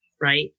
right